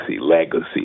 legacy